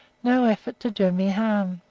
no effort to do me harm.